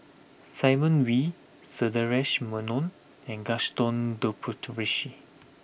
Simon Wee Sundaresh Menon and Gaston Dutronquoy